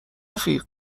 رفیق